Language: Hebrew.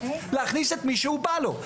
להכניס את מי שבא לו.